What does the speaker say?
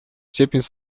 степень